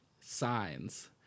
signs